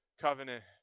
Covenant